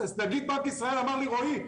נגיד בנק ישראל אמר לי: רועי,